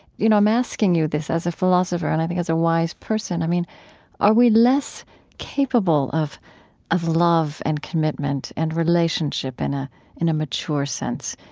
you know i'm asking you this as a philosopher and, i think, as a wise person i mean are we less capable of of love and commitment and relationship, in ah in a mature sense,